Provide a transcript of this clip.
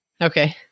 okay